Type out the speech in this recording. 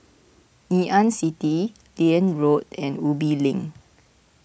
Ngee Ann City Liane Road and Ubi Link